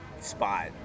spot